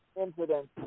incidents